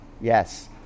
Yes